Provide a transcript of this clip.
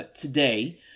today